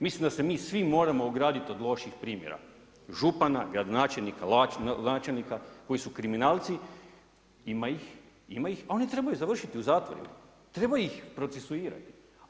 Mislim da se mi svi moramo ograditi od loših primjera, župana, gradonačelnika, načelnika koji su kriminalci, ima ih, ima ih a oni trebaju završiti u zatvorima, treba ih procesuirati.